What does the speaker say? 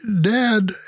Dad